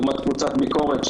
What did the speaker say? לעומת קבוצת ביקורת,